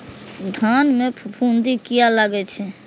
धान में फूफुंदी किया लगे छे?